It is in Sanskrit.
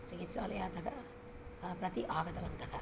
चिकित्सालयातः प्रति आगतवन्तः